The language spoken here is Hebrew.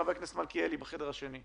חבר הכנסת מלכיאלי, בבקשה.